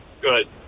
Good